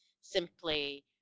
simply